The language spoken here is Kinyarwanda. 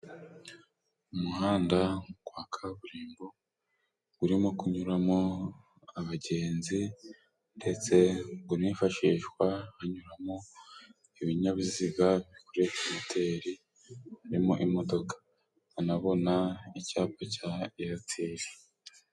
Umuhanda wa kaburimbo urimo kunyuramo abagenzi, ndetse unifashishwa hanyuramo ibinyabiziga bikoresha moteri, haririmo imodoka banabona icyapa cya eyateri.